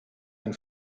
ein